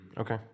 Okay